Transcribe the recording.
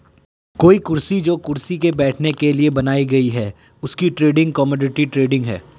कोई कुर्सी जो किसी के बैठने के लिए बनाई गयी है उसकी ट्रेडिंग कमोडिटी ट्रेडिंग है